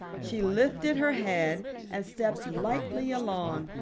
she lifted her head and stepped lightly along,